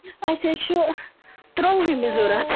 اَسہِ حظ چھُ ترٛۆوُہمہِ ضرورَت